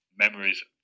Memories